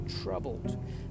troubled